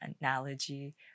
analogy